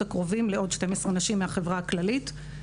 הקרובים לעוד 12 נשים מהחברה הכללית.